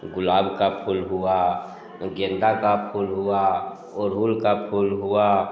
गुलाब का फूल हुआ गेंदा का फूल हुआ अड़हुल का फूल हुआ